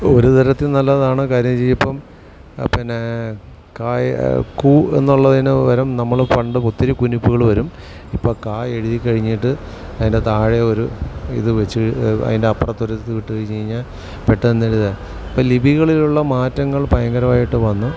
ഒരു തരത്തിൽ നല്ലതാണ് കാര്യം ഇനിയിപ്പം പിന്നെ കായ് കൂ എന്നുള്ളതിന് പകരം നമ്മൾ പണ്ട് ഒത്തിരി കുനിപ്പുകൾ വരും ഇപ്പം ക എഴുതി കഴിഞ്ഞിട്ട് അതിൻ്റെ താഴെ ഒരു ഇത് വെച്ച് കഴിഞ്ഞാൽ അതിൻ്റെ അപ്പുറത്തൊരു ഇതുമിട്ട് കഴിഞ്ഞ് കഴിഞ്ഞാൽ പെട്ടന്ന് എഴുതാം അപ്പം ലിപികളിലുള്ള മാറ്റങ്ങൾ ഭയങ്കരമായിട്ട് വന്നു